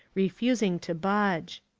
refusing to budge.